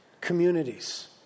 communities